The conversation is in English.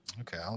okay